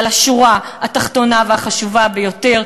אבל השורה התחתונה והחשובה ביותר,